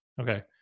Okay